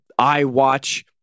iWatch